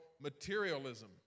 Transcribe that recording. materialism